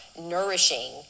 nourishing